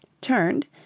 turned